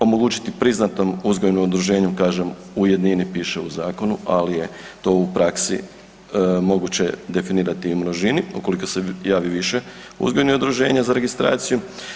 Omogućiti priznatom uzgojnom udruženju kažem u jednini piše u zakonu, ali je to u praksi moguće definirati i u množini ukoliko se javi više uzgojnih udruženja za registraciju.